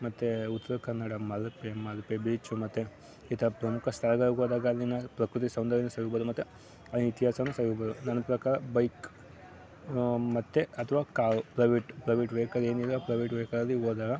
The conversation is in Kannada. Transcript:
ಮತ್ತೆ ಉತ್ತರ ಕನ್ನಡ ಮಲ್ಪೆ ಮಲ್ಪೆ ಬೀಚು ಮತ್ತೆ ಈತ ಪ್ರಮುಖ ಸ್ಥಳಗಳಿಗೆ ಹೋದಾಗ ಅಲ್ಲಿನ ಪ್ರಕೃತಿ ಸೌಂದರ್ಯನ ಸವಿಬೋದು ಮತ್ತೆ ಆ ಇತಿಹಾಸನ ಸವಿಬೋದು ನನ್ನ ಪ್ರಕಾರ ಬೈಕ್ ಮತ್ತೆ ಅಥವಾ ಕಾರು ಪ್ರೈವೇಟ್ ಪ್ರೈವೇಟ್ ವೆಹಿಕಲ್ ಏನಿದೆ ಆ ಪ್ರೈವೇಟ್ ವೆಹಿಕಲಲ್ಲಿ ಹೋದಾಗ